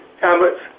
tablets